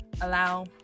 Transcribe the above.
allow